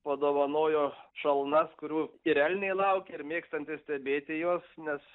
padovanojo šalnas kurių ir elniai laukė ir mėgstantys stebėti juos nes